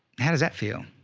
how does that feel?